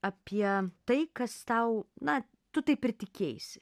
apie tai kas tau na tu taip ir tikėjaisi